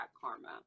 karma